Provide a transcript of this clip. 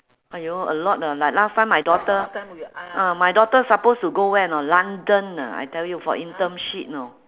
!aiyo! a lot leh like last time my daughter ah my daughter suppose to go where or not london ah I tell you for internship you know